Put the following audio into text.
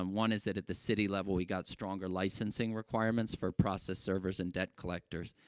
um one is that at the city level, we got stronger licensing requirements for process servers and debt collectors.